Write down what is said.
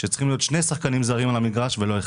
שצריכים להיות שני שחקנים ישראלים על המגרש ולא אחד.